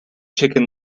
chicken